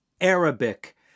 Arabic